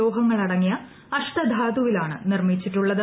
ലോഹങ്ങളടങ്ങിയ അഷ്ടധാതുവിലാണ് നിർമ്മിച്ചിട്ടുള്ളത്